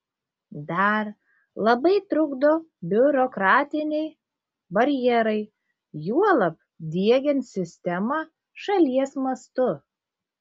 dar labai trukdo biurokratiniai barjerai juolab diegiant sistemą šalies mastu